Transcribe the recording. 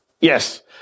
Yes